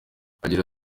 agira